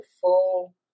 full